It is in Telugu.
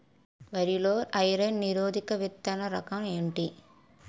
వరి లో ఐరన్ నిరోధక విత్తన రకం ఏంటి?